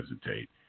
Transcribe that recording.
hesitate